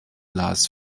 las